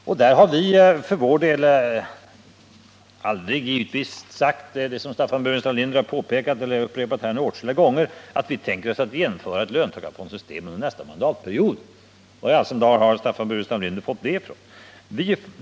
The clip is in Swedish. Vi har för vår del givetvis aldrig tänkt oss att — något som Staffan Burenstam Linder upprepat flera gånger — införa ett löntagarfondssystem under nästa mandatperiod. Vari all sin dar har Staffan Burenstam Linder fått det ifrån?